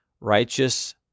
righteous